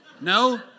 No